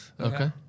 Okay